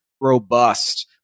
robust